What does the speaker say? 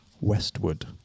Westwood